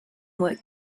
work